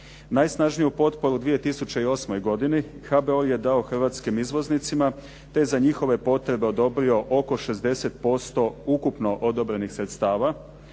Najsnažniju potporu u 2008. godini HBOR je dao hrvatskim izvoznicima, te za njihove potrebe odobrio oko 60% ukupno odobrenih sredstava,